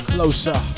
Closer